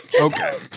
okay